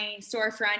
storefront